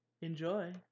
Enjoy